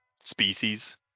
species